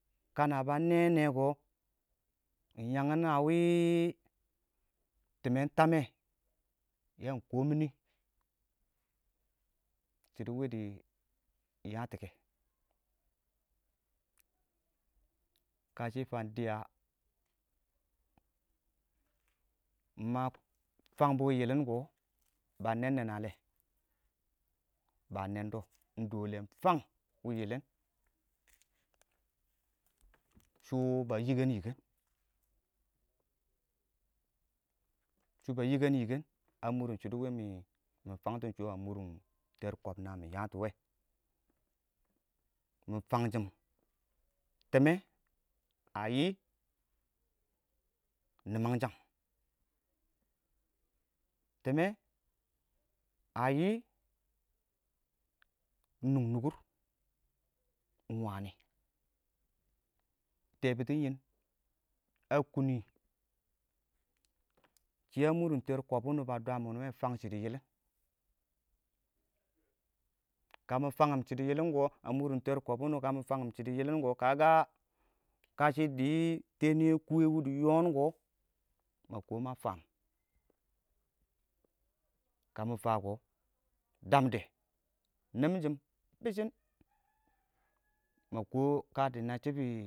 kana ba mɛnɛkɔ iɪng yangin a wɪɪn timmen tamɛ yang kɔɔm mini shɪidɛ wɪdɪ dɪya ma fangbɔ wɪɪn yillin kɔ ba nɛɛn nɛɛn nalɛ ba nɛɛndɔ ingtang wɪɪn yɪlɪn shʊwɔ ba yikən yik5n shɔba yikən yikən a mʊrrʊn shɪdo wimi fangts shɛ a mʊrrʊn tar kɔb na mɪ yatɔ wɛ mɪ fangshim tɪmmɛ a yii nimangshang tɪmmɛ a yii iɪng nʊng nʊkʊr iɪng wam tebuton yɪn a kunni shɪ a mʊrrʊn tər wuni kɔb ba dwa mɪn wɛ fama shɪidɛ yillin ka mɪ famgngim shɪidɛ yɪlɪn kɔ a mʊrrʊn tər kɔb wuni wɔ kə mɪ fangngim shɪdo yɪlɪn kɔ kash dɪ te niyɛ kuwə wusi yɔɔnks ma kɔɔ ma faam kamɪ faa kɔ damde nimshin bishiri ma kɔɔ kadi nabbʊ shɪ bɪ.